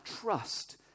trust